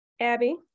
Abby